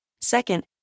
Second